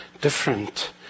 different